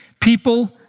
people